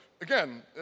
again